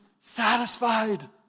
satisfied